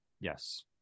Yes